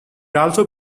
also